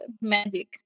magic